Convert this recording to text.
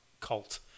cult